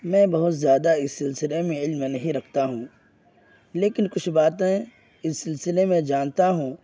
میں بہت زیادہ اس سلسلے میں علم نہیں رکھتا ہوں لیکن کچھ باتیں اس سلسلے میں جانتا ہوں